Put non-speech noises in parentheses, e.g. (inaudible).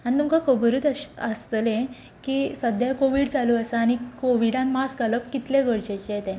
आनी तुमकां खबरूच (unintelligible) आसतलें की सद्या कोविड चालू आसा आनी कोविडांत मास्क घालप कितलें गरजेचें तें